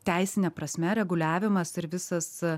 teisine prasme reguliavimas ir visas